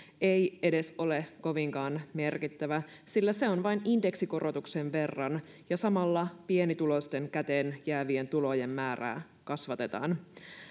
ei edes ole kovinkaan merkittävä sillä se on vain indeksikorotuksen verran ja samalla pienituloisten käteenjäävien tulojen määrää kasvatetaan